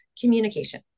communication